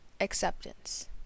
acceptance